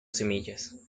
semillas